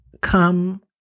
come